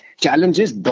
challenges